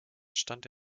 stand